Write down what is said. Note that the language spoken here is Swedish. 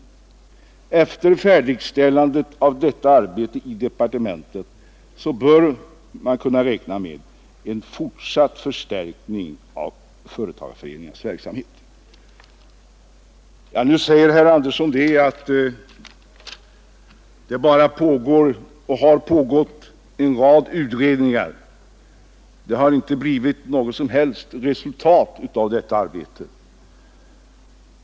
Efter fullbordandet av detta arbete i departementet bör man kunna räkna med en fortsatt förstärkning av företagarföreningarnas verksamhet. Nu säger herr Andersson i Örebro att det bara har pågått en rad utredningar men inte blivit något som helst resultat av deras arbete.